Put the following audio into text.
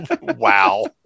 Wow